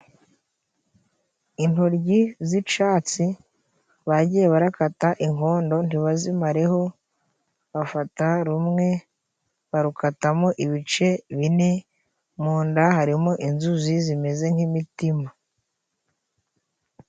Intoryi z'icatsi bagiye barakata inkondo ntibazimareho bafata rumwe barukatamo ibice bine munda harimo inzuzi zimeze nk'imitima.